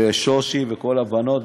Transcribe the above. לשושי ולכל הבנות,